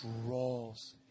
draws